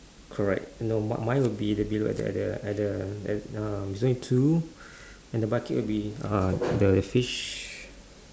correct no m~ mine would be below at the at the um there's only two and the bucket would be uh the fish